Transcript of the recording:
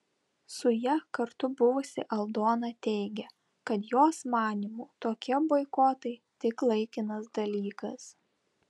su ja kartu buvusi aldona teigė kad jos manymu tokie boikotai tik laikinas dalykas